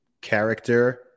character